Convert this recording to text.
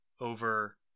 over